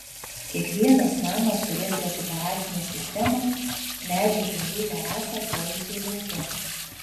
kiekvienas namas turės rekuperacinę sistemą medžio grindų terasą poilsiui lauke